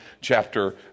chapter